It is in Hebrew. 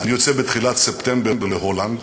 אני יוצא בתחילת ספטמבר להולנד,